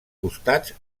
costats